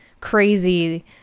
crazy